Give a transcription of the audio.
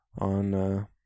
on